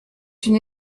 une